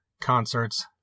concerts